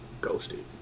ghosted